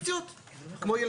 כשאני הייתי אמרו לי לא.